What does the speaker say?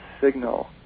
signal